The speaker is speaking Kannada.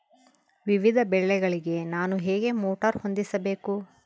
ವಿವಿಧ ಬೆಳೆಗಳಿಗೆ ನಾನು ಹೇಗೆ ಮೋಟಾರ್ ಹೊಂದಿಸಬೇಕು?